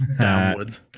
Downwards